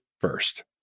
first